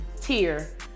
tier